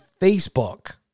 Facebook